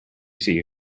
see